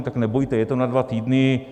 Tak nebojte, je to na dva týdny.